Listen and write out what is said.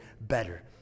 better